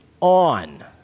on